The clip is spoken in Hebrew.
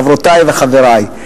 חברותי וחברי.